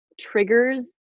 triggers